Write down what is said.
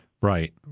Right